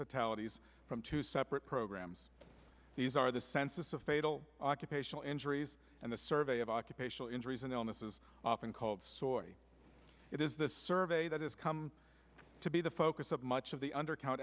fatalities from two separate programs these are the census of fatal occupational injuries and the survey of occupational injuries and illnesses often called soy it is the survey that has come to be the focus of much of the underco